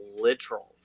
literal